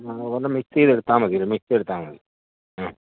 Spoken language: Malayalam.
ആ ഒന്ന് മിക്സ് ചെയ്തെടുത്താൽ മതി ഒരുമിച്ചെടുത്താൽ മതി ആ